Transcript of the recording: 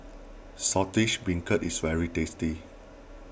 Saltish Beancurd is very tasty